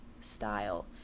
style